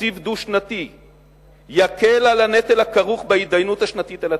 תקציב דו-שנתי יקל את הנטל הכרוך בהתדיינות השנתית על התקציב,